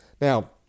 Now